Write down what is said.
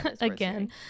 again